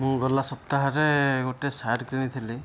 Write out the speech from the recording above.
ମୁଁ ଗଲା ସପ୍ତାହରେ ଗୋଟିଏ ସାର୍ଟ କିଣିଥିଲି